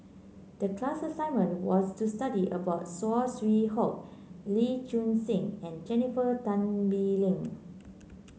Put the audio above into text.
the class assignment was to study about Saw Swee Hock Lee Choon Seng and Jennifer Tan Bee Leng